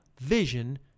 vision